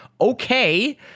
okay